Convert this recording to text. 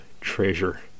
treasure